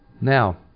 Now